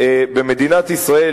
במדינת ישראל,